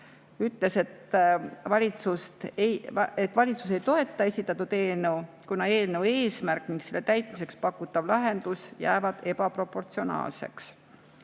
ütles, et valitsus ei toeta esitatud eelnõu, kuna eelnõu eesmärk ja selle täitmiseks pakutav lahendus jäävad ebaproportsionaalseks. Signe